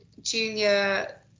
junior